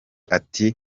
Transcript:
ati